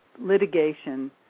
litigation